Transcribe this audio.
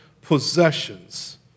possessions